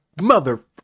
mother